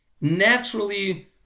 naturally